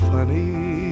Funny